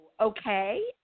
Okay